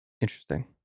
interesting